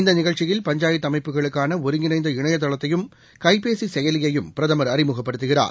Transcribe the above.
இந்தநிகழ்ச்சியில் பஞ்சாயத்துஅமைப்புகளுக்கானஒருங்கிணைந்த இணையதளத்தையும் கைபேசிசெயலியையும் பிரதமர் அறிமுகப்படுத்துகிறார்